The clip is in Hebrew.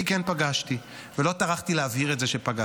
אני כן פגשתי, ולא טרחתי להבהיר את זה שפגשתי.